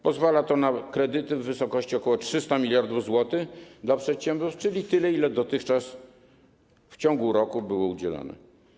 Pozwala to na kredyty w wysokości ok. 300 mld zł dla przedsiębiorstw, czyli tyle, ile dotychczas w ciągu roku było udzielane.